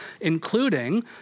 including